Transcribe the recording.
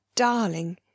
darling